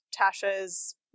Tasha's